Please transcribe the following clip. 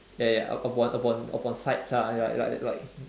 ya ya upon upon upon sights ah like like like